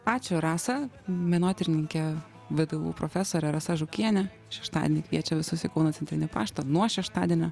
ačiū rasa menotyrininkė vdu profesorė rasa žukienė šeštadienį kviečia visus į kauno centrinį paštą nuo šeštadienio